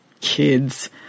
Kids